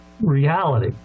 reality